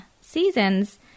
seasons